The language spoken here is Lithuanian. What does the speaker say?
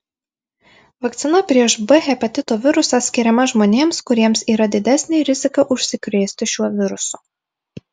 vakcina prieš b hepatito virusą skiriama žmonėms kuriems yra didesnė rizika užsikrėsti šiuo virusu